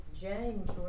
James